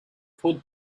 called